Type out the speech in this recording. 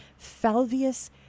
Falvius